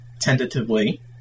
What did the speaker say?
tentatively